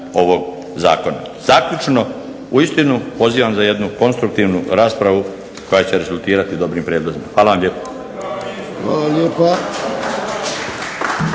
ovog zakona. Zaključno, uistinu pozivam za jednu konstruktivnu raspravu koja će rezultirati dobrim prijedlozima. Hvala vam lijepo.